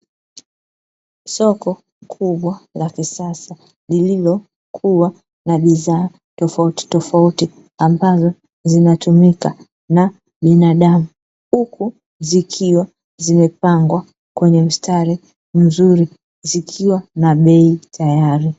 Soko kubwa la kisasa lililokuwa na bidhaa tofautitofauti, ambazo zinatumika na binadamu, huku zikiwa zimepangwa kwenye mstari mzuri zikiwa na bei tayari.